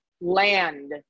land